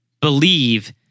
believe